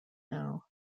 now